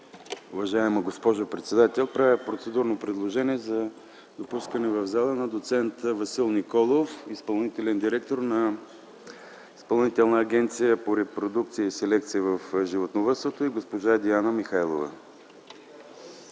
Уважаема госпожо председател, правя процедурно предложение за допускане в залата на доц. Васил Николов – изпълнителен директор на Изпълнителна агенция по репродукция и селекция в животновъдството, и госпожа Дияна Михайлова.